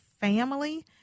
family